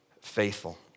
faithful